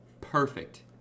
Perfect